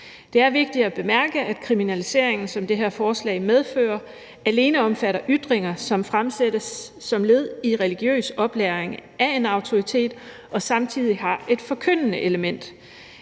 Det er vigtigt at bemærke, at kriminaliseringen, som det her forslag omhandler, alene omfatter ytringer, som fremsættes som led i religiøs oplæring fra en autoritets side og samtidig har et forkyndende element.